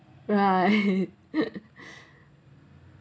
right